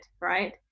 right